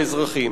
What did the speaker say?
האזרחים.